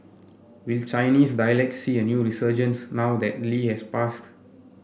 will Chinese dialects see a new resurgence now that Lee has passed